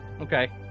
okay